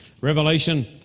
Revelation